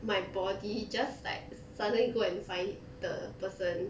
my body just like suddenly go and find the person